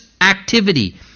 activity